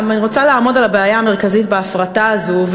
אני רוצה לעמוד על הבעיה המרכזית בהפרטה הזאת,